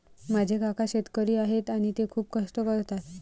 माझे काका शेतकरी आहेत आणि ते खूप कष्ट करतात